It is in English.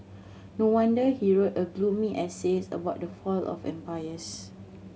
no wonder he wrote a gloomy essays about the fall of empires